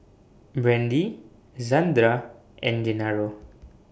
Brandie Zandra and Gennaro